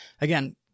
Again